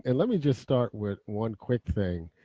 and let me just start with one quick thing